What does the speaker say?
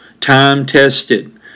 Time-tested